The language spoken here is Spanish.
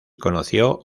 conoció